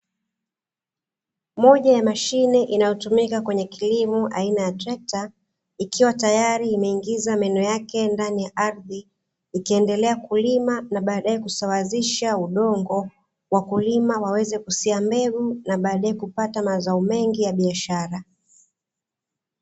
Moja ya mashine inayotumika kwenye kilimo aina ya trekta, ikiwa tayari imeingiza meno yake ndani ya ardhi, ikiendelea kulima na baadae kusawazisha udongo, wakulima waweze kusia mbegu na baadae kupata mazao mengi ya biashara.